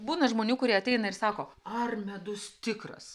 būna žmonių kurie ateina ir sako ar medus tikras